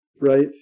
Right